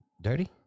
dirty